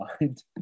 mind